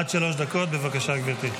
עד שלוש דקות, בבקשה, גברתי.